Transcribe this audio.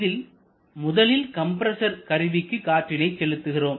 இதில் முதலில் கம்ப்ரசர் கருவிக்கு காற்றினை செலுத்துகிறோம்